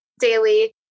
daily